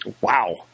wow